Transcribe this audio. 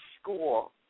school